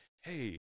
hey